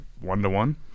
one-to-one